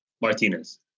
Martinez